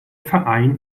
verein